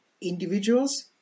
Individuals